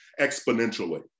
exponentially